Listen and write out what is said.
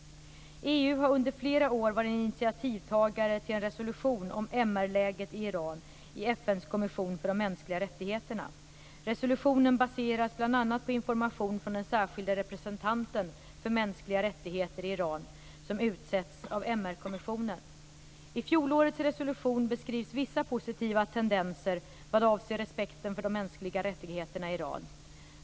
EU har under flera år varit initiativtagare till en resolution om MR-läget i Iran i FN:s kommission för de mänskliga rättigheterna. Resolutionen baseras bl.a. på information från den särskilde representanten för mänskliga rättigheter i Iran som utsetts av MR kommissionen. I fjolårets resolution beskrivs vissa positiva tendenser vad avser respekten för de mänskliga rättigheterna i Iran.